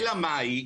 אלא מאי,